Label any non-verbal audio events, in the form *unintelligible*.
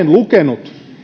*unintelligible* lukenut